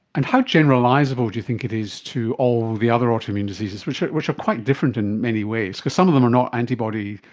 and how generalisable do you think it is to all the other autoimmune diseases, which are which are quite different in many ways, because some of them are not antibody-mediated,